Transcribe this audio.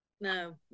No